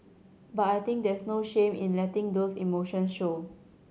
but I think there's no shame in letting those emotion show